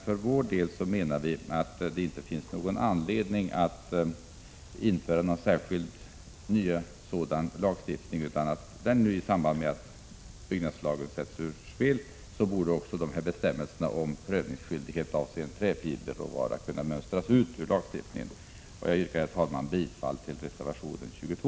För vår del menar vi att det inte finns någon anledning att införa någon särskild ny lag. I samband med att byggnadslagen sätts ur spel borde bestämmelserna om prövningsskyldighet avseende träfiberråvara kunna mönstras ut ur lagstiftningen. Herr talman! Jag yrkar bifall till reservation 22.